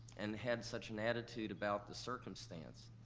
and had such an attitude about the circumstance,